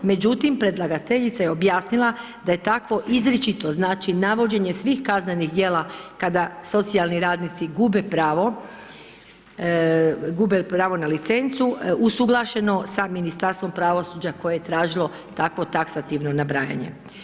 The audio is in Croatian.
Međutim, predlagateljica je objasnila da je takvo izričito, znači, navođenje svih kaznenih dijela kada socijalni radnici gube pravo na licencu, usuglašeno sa Ministarstvom pravosuđa koje je tražilo takvo taksativno nabrajanje.